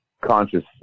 conscious